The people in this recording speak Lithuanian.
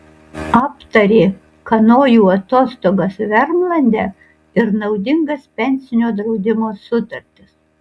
aptarė kanojų atostogas vermlande ir naudingas pensinio draudimo sutartis